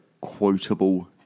quotable